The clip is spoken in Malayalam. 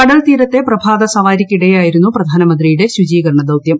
കടൽത്തീരത്തെ പ്രഭാതസവാരിക്കിടെയായിരുന്നു പ്രധാനമന്ത്രിയുടെ ശുചീകരണദൌത്യം